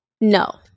No